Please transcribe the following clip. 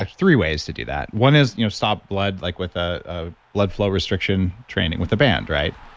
three ways to do that. one is you know stop blood like with ah ah blood flow restriction training with a band. right?